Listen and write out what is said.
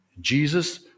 Jesus